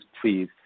please